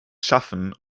schaffen